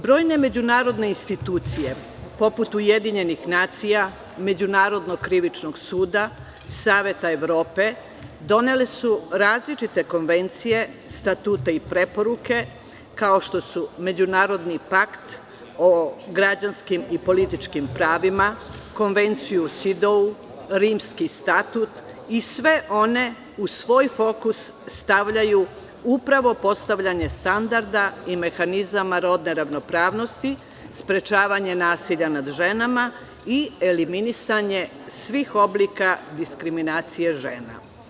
Brojne međunarodne institucije poput UN, Međunarodnog krivičnog suda Saveta Evrope donele su različite konvencije, statute i preporuke, kao što su Međunarodni pakt o građanskim i političkim pravima, Konvenciju Sidou, Rimski statut i sve one u svoj fokus stavljaju postavljanje standarda i mehanizama rodne ravnopravnosti, sprečavanje nasilja nad ženama i eliminisanje svih oblika diskriminacije žena.